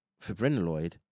fibrinoloid